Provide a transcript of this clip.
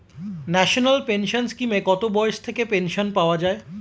National pension স্কিমে কত বয়স থেকে পেনশন পাওয়া যায়?